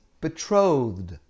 betrothed